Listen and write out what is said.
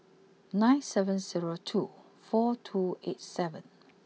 nine seven zero two four two eight seven